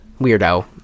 Weirdo